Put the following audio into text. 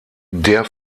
der